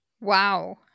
Wow